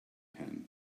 pen